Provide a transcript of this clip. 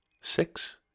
six